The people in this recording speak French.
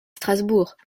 strasbourg